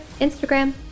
Instagram